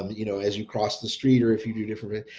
um you know as you cross the street or if you do different.